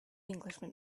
englishman